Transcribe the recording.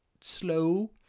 slow